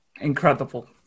Incredible